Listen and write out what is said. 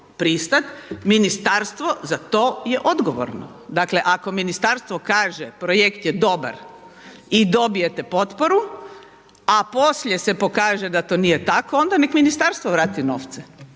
pristati. Ministarstvo za to je odgovorno. Dakle, ako ministarstvo kaže projekt je dobar i dobijete potporu, a poslije se pokaže da to nije tako, onda nek' ministarstvo vrati novce,